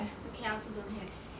it's okay I also don't have